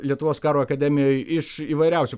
lietuvos karo akademijoj iš įvairiausių